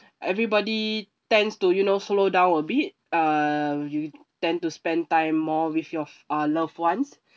everybody tends to you know slow down a bit err you tend to spend time more with your f~ uh loved ones